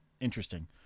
Interesting